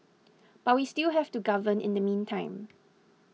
but we still have to govern in the meantime